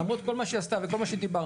למרות כל מה שהיא עשתה וכל מה שדיברנו,